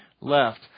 left